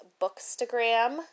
Bookstagram